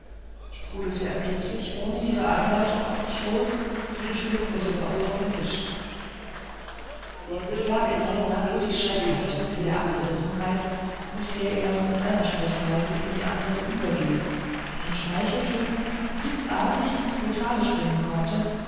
sprudelte er plötzlich ohne jede einleitung auf mich los und schlug mit der faust auf den tisch es lag etwas merkwürdig schreckhaftes in der abgerissenheit mit der er von einer sprechweise in die andere übergehen von schmeicheltönen blitzartig ins brutale springen konnte